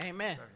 Amen